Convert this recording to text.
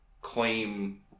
claim